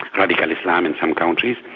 radical islam in some countries,